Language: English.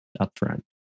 upfront